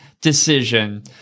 decision